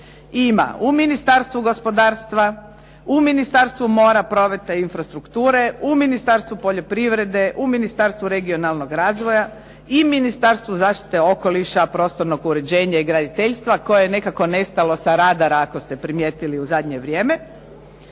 Ima, u Ministarstvu gospodarstva, u Ministarstvu mora, prometa i infrastrukture, u Ministarstvu poljoprivrede, u Ministarstvu regionalnog razvoja i Ministarstvu zaštite okoliša, prostornog uređenja i graditeljstva, koje je nekako nestalo sa radara ako ste primijetili u zadnje vrijeme.